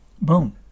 Boom